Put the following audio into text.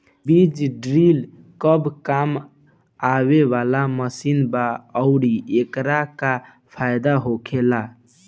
बीज ड्रील कब काम आवे वाला मशीन बा आऊर एकर का फायदा होखेला?